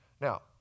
Now